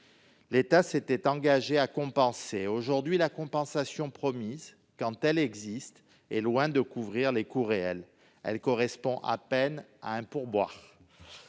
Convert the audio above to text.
L'État s'était engagé à compenser les dépenses associées. Aujourd'hui, la compensation promise, quand elle existe, est loin de couvrir les coûts réels. Elle correspond à peine à un pourboire.